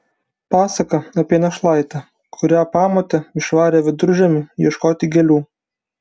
pasaka apie našlaitę kurią pamotė išvarė viduržiemį ieškoti gėlių